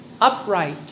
upright